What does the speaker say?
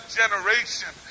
generation